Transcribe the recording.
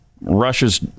Russia's